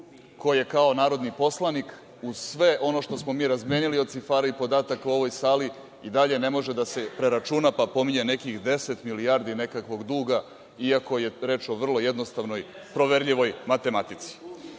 ko je kao narodni poslanik, uz sve ono što smo mi razmenili od cifara i podataka u ovoj sali i dalje ne može da se preračuna, pa pominje nekih deset milijardi nekakvog duga, iako je reč o jednoj vrlo jednostavnoj proverljivoj matematici.